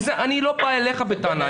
אני לא בא אליך בטענה,